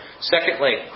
Secondly